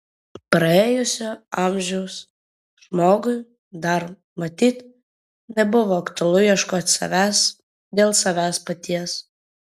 praėjusio amžiaus žmogui dar matyt nebuvo aktualu ieškoti savęs dėl savęs paties